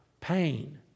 pain